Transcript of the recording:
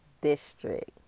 District